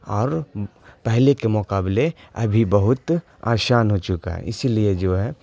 اور پہلے کے مقابلے ابھی بہت آسان ہو چکا ہے اسی لیے جو ہے